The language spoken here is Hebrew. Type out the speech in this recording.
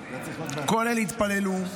כל אלה התפללו,